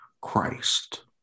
Christ